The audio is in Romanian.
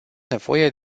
nevoie